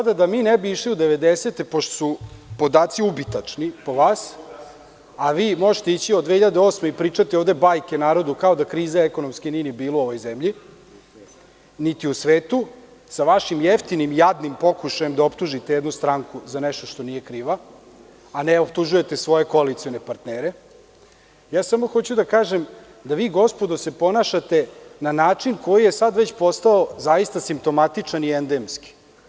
Da ne bismo išli u devedesete, pošto su podaci ubitačni po vas, a vi možete ići od 2008. i pričati bajke narodu kao da kriza ekonomska nije ni bila u ovoj zemlji, niti u svetu, sa vašim jeftinim, jadnim pokušajem da optužite jednu stranku za nešto za šta nije kriva, a ne optužujete svoje koalicione partnere, samo hoću da kažem da se gospodo ponašate na način koji je sada već zaista postao simptomatičan i endemski.